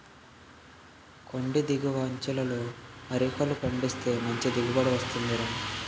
కొండి దిగువ అంచులలో అరికలు పండిస్తే మంచి దిగుబడి వస్తుందిరా